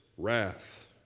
wrath